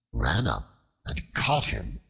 ran up and caught him.